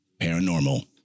paranormal